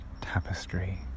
tapestry